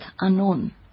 unknown